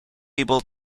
able